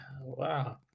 Wow